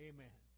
Amen